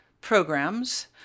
programs